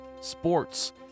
sports